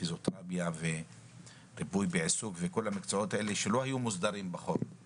בלי קשר למקצועות הרפואיים ובלי קשר להכשרה ולהסדרת הנושא הבריאותי,